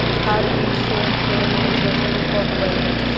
RH seven four nine सरसो के कब बुआई होई?